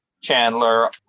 chandler